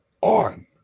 on